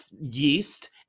yeast